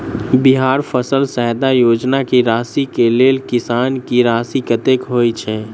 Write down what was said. बिहार फसल सहायता योजना की राशि केँ लेल किसान की राशि कतेक होए छै?